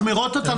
מחמירות איתנו.